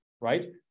right